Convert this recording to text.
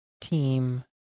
team